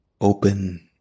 open